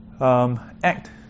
Act